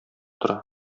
тора